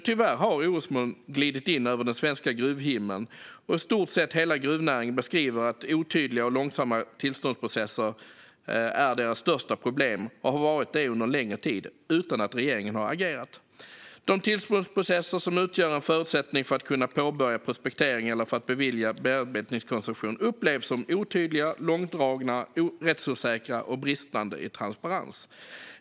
Tyvärr har orosmoln glidit in över den svenska gruvhimlen, och i stort sett hela gruvnäringen beskriver att otydliga och långsamma tillståndsprocesser är deras största problem och har varit det under en längre tid utan att regeringen har agerat. De tillståndsprocesser som utgör en förutsättning för att kunna påbörja prospektering eller för att beviljas en bearbetningskoncession upplevs som otydliga, långdragna, rättsosäkra och bristande i transparens.